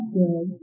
good